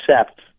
accept